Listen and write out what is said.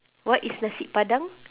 what is the nasi padang